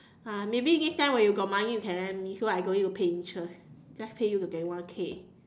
uh maybe next time when you got money you can lend me so I don't need to pay interest just pay you to get one K